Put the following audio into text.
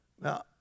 Now